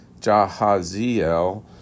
Jahaziel